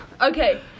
Okay